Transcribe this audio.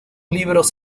libros